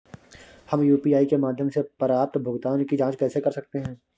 हम यू.पी.आई के माध्यम से प्राप्त भुगतान की जॉंच कैसे कर सकते हैं?